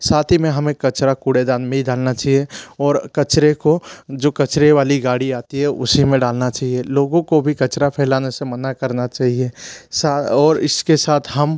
साथ ही में हमें कचड़ा कूड़ेदान में ही डालना चाहिए और कचड़े को जो कचड़े वाली गाड़ी आती है उसी में डालना चाहिए लोगों को भी कचड़ा फैलाने से मना करना चाहिए और इसके साथ हम